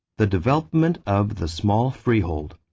the development of the small freehold.